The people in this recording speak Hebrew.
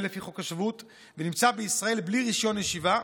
לפי חוק השבות ונמצא בישראל בלי רישיון ישיבה,